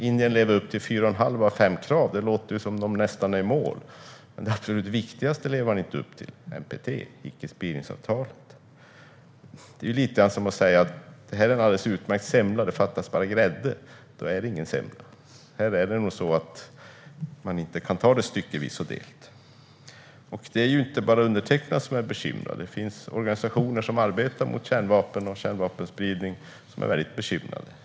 Indien lever upp till fyra och ett halvt av fem krav - det låter som att man nästan är i mål. Men det absolut viktigaste lever man inte upp till: NPT, icke-spridningsavtalet. Detta är lite som att säga att "det här är en alldeles utmärkt semla - det fattas bara grädde". Då är det ingen semla. Här är det nog så att man inte kan ta det styckevis och delt. Det är inte bara jag som är bekymrad. Det finns organisationer som arbetar mot kärnvapen och kärnvapenspridning som är väldigt bekymrade.